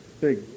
big